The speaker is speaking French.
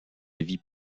vie